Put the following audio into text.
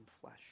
flesh